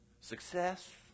Success